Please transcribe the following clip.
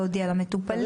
להודיע למטופלים.